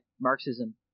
Marxism